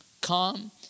calm